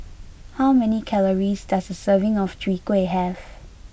how many calories does a serving of Chwee Kueh have